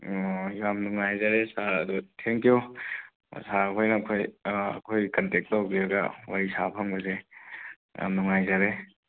ꯑꯣ ꯌꯥꯝ ꯅꯨꯡꯉꯥꯏꯖꯔꯦ ꯁꯥꯔ ꯑꯗꯣ ꯊꯦꯡꯀꯤꯌꯨ ꯁꯥꯔ ꯍꯣꯏꯅ ꯑꯩꯈꯣꯏ ꯑꯩꯈꯣꯏ ꯀꯟꯇꯦꯛ ꯇꯧꯕꯤꯔꯒ ꯋꯥꯔꯤ ꯁꯥꯕ ꯐꯪꯕꯁꯦ ꯌꯥꯝ ꯅꯨꯡꯉꯥꯏꯖꯔꯦ